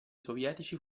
sovietici